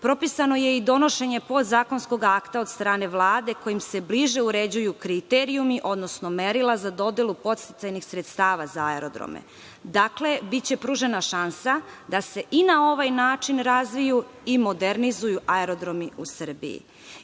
Propisano je i donošenje podzakonskog akta od strane Vlade kojim se bliže uređuju kriterijumi, odnosno merila za dodelu podsticajnih sredstava za aerodrome. Dakle, biće pružena šansa da se i na ovaj način razviju i modernizuju aerodromi u Srbiji. Na